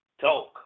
Talk